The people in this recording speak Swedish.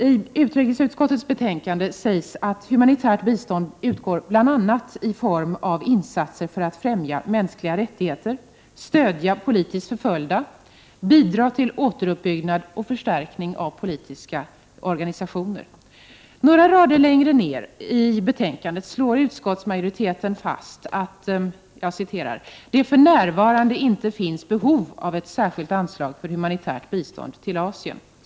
I utrikesutskottets betänkande sägs det att humanitärt bistånd utgår bl.a. i form av insatser för att främja mänskliga rättigheter, stödja politiskt förföljda och bidra till återuppbyggnad och förstärkning av politiska organisationer. Några rader längre ned på samma sida i betänkandet slår utskottsmajoriteten fast att ”det för närvarande inte finns behov av ett särskilt anslag för humanitärt bistånd till Asien”.